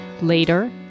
Later